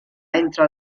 entre